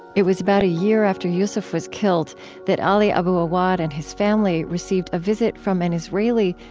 it was about a year after yusef was killed that ali abu awwad and his family received a visit from an israeli,